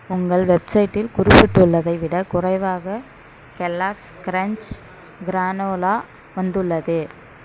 உங்கள் வெப்சைட்டில் குறிப்பிட்டுள்ளதை விட குறைவாக கெல்லாக்ஸ் கிரன்ச் கிரானுலா வந்துள்ளது